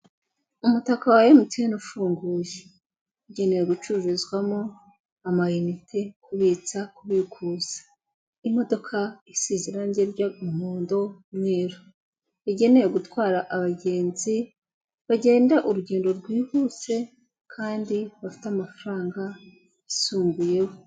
Umutaka wa emutiyeni ufunguye, ugenewe gucururizwamo amayinite, kubitsa, kubikuza. Imodoka isize irangi ry' umuhondo, umweru, igenewe gutwara abagenzi bagenda urugendo rwihuse kandi bafite amafaranga yisumbuyeho.